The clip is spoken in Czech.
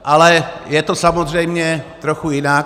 Ale je to samozřejmě trochu jinak.